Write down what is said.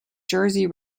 jersey